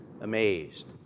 amazed